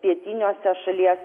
pietiniuose šalies